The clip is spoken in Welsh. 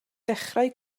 dechrau